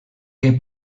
què